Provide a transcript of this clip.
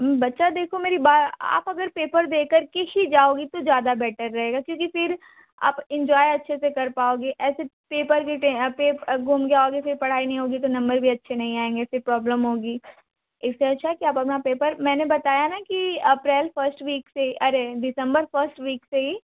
बच्चा देखो मेरी बात आप अगर पेपर दे कर के ही जाओगी तो ज़्यादा बेटर रहेगा क्योंकि फिर आप एन्जॉय अच्छे से कर पाओगे ऐसे पेपर के टे आप गुम जाओगे फिर पढ़ाई नहीं होगी तो नंबर भी अच्छे नहीं आएंगे फिर प्रॉब्लम होगी इससे अच्छा है कि आप अपना पेपर मैंने बताया ना कि अप्रैल फस्ट वीक से अरे दिसम्बर फस्ट वीक से ही